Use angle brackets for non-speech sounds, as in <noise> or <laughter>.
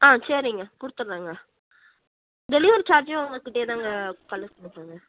on சரிங்க கொடுத்துட்றங்க delivery சார்ஜும் உங்கள்கிட்டையே தாங்க பண்ண <unintelligible>